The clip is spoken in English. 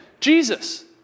Jesus